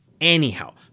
Anyhow